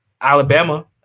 Alabama